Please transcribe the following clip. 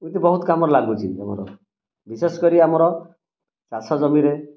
ଏମିତି ବହୁତ କାମରେ ଲାଗୁଛି ଆମର ବିଶେଷ କରି ଆମର ଚାଷ ଜମିରେ